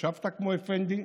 ישבת כמו אפנדי,